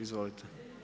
Izvolite.